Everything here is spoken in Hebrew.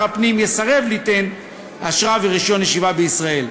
הפנים יסרב ליתן אשרה ורישיון ישיבה בישראל.